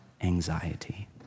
anxiety